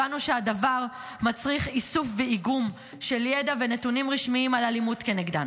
הבנו שהדבר מצריך איסוף ואיגום של ידע ונתונים רשמיים על אלימות כנגדן.